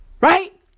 Right